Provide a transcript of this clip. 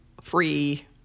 free